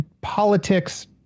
politics